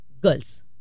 girls